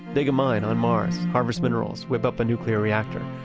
dig a mine on mars. harvest minerals. whip up a nuclear reactor.